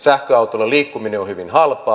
sähköautolla liikkuminen on hyvin halpaa